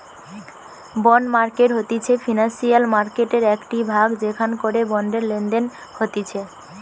bond market হতিছে financial মার্কেটের একটিই ভাগ যেখান করে বন্ডের লেনদেন হতিছে